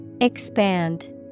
Expand